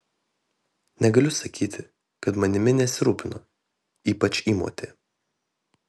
negaliu sakyti kad manimi nesirūpino ypač įmotė